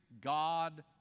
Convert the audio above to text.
God